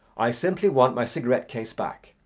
i simply want my cigarette case back.